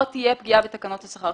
לא תהיה פגיעה בתקנות השכר.